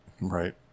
Right